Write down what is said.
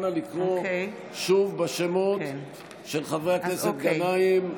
נא לקרוא שוב בשמות של חברי הכנסת גנאים,